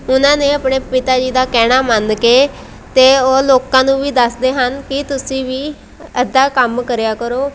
ਉਹਨਾਂ ਨੇ ਆਪਣੇ ਪਿਤਾ ਜੀ ਦਾ ਕਹਿਣਾ ਮੰਨ ਕੇ ਅਤੇ ਉਹ ਲੋਕਾਂ ਨੂੰ ਵੀ ਦੱਸਦੇ ਹਨ ਕਿ ਤੁਸੀਂ ਵੀ ਅੱਧਾ ਕੰਮ ਕਰਿਆ ਕਰੋ